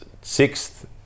sixth